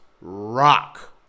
rock